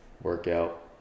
workout